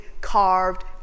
carved